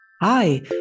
Hi